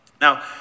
Now